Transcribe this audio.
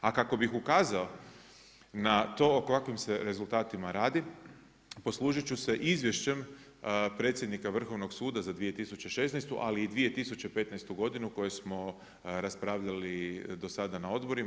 A kako bih ukazao na to o kakvim se rezultatima radi poslužit ću se izvješćem predsjednika Vrhovnog suda za 2016. ali i 2015. godinu koju smo raspravljali do sada na odborima.